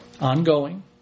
Ongoing